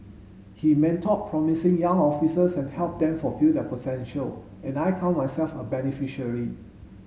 he mentored promising young officers and helped them fulfil their potential and I count myself a beneficiary